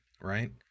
Right